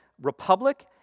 Republic